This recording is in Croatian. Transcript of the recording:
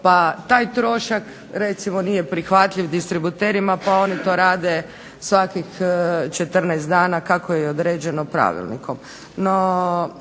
Taj trošak recimo nije prihvatljiv distributerima pa oni to rade svakih 14 dana kako je to određeno Pravilnikom.